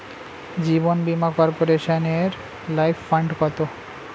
জীবন বীমা কর্পোরেশনের life fund কত?